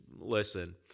listen